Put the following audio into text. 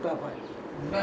they grew up there